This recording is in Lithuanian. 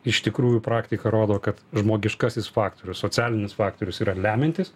iš tikrųjų praktika rodo kad žmogiškasis faktorius socialinis faktorius yra lemiantis